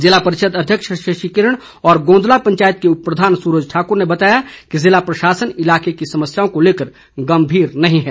जिला परिषद अध्यक्ष शशि किरण और गोंदला पंचायत के उपप्रधान सूरज ठाकुर ने बताया कि जिला प्रशासन इलाके की समस्याओं को लेकर गंभीर नहीं है